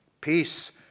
Peace